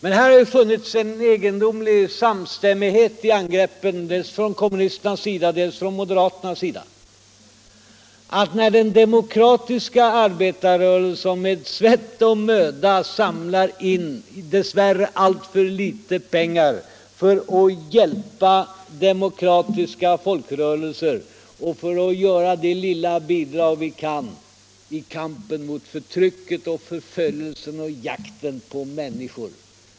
Det har här funnits en egendomlig samstämmighet i angreppen dels från kommunisterna, dels från moderaterna, mot den demokratiska arbetarrörelsen när den med svett och möda samlar in dess värre alltför litet pengar för att hjälpa demokratiska folkrörelser och för att ge det lilla bidrag vi kan åstadkomma i kampen mot förtrycket, för följelsen och jakten på människor.